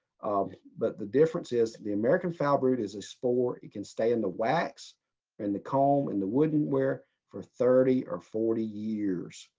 um but the difference is the american foulbrood is a spore, it can stay in the wax and the comb and the wooden wear for thirty or forty years.